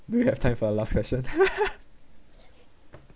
do you have time for a last question